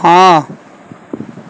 ਹਾਂ